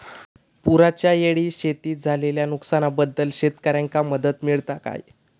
पुराच्यायेळी शेतीत झालेल्या नुकसनाबद्दल शेतकऱ्यांका मदत मिळता काय?